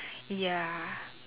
ya